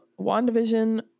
Wandavision